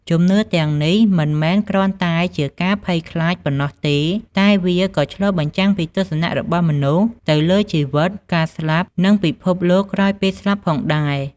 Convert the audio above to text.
ជំនឿទាំងនេះមិនមែនគ្រាន់តែជាការភ័យខ្លាចប៉ុណ្ណោះទេ តែវាក៏ឆ្លុះបញ្ចាំងពីទស្សនៈរបស់មនុស្សទៅលើជីវិត ការស្លាប់ និងពិភពលោកក្រោយពេលស្លាប់ផងដែរ។